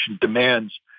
demands